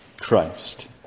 Christ